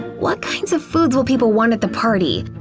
what kinds of foods will people want at the party?